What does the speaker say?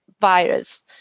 virus